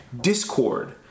discord